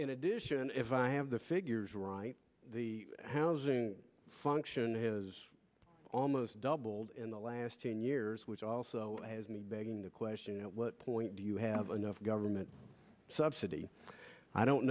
in addition if i have the figures are right the housing function has almost doubled in the last ten years which also has me begging the question what point do you have enough government subsidy i don't